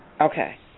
Okay